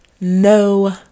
no